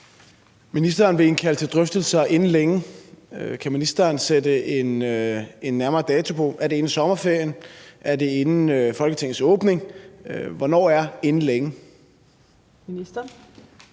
Ministeren vil indkalde til drøftelser inden længe. Kan ministeren sætte en nærmere dato på? Er det inden sommerferien? Er det inden Folketingets åbning? Hvornår er »inden længe«?